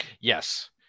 Yes